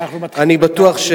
אני בטוח,